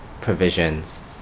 provisions